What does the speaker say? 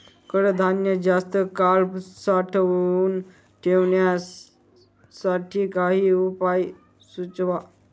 कडधान्य जास्त काळ साठवून ठेवण्यासाठी काही उपाय सुचवा?